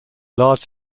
large